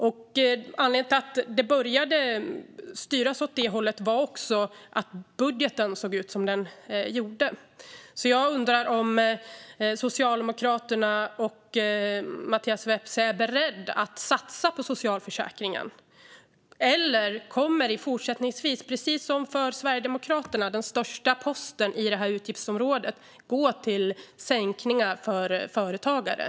Anledningen till att det började styras åt det hållet var också att budgeten såg ut som den gjorde. Jag undrar därför om Socialdemokraterna och Mattias Vepsä är beredda att satsa på socialförsäkringen. Eller kommer den största posten fortsättningsvis, precis som för Sverigedemokraterna, i det här utgiftsområdet att gå till sänkningar för företagare?